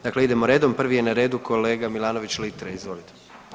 Dakle, idemo redom prvi je na redu kolega Milanović Litre, izvolite.